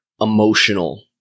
emotional